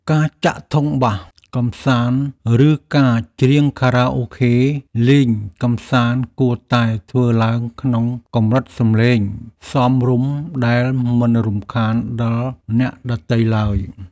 ការចាក់ធុងបាសកម្សាន្តឬការច្រៀងខារ៉ាអូខេលេងកម្សាន្តគួរតែធ្វើឡើងក្នុងកម្រិតសំឡេងសមរម្យដែលមិនរំខានដល់អ្នកដទៃឡើយ។